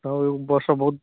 ତ ଏବର୍ଷ ବହୁତ